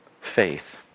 faith